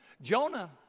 Jonah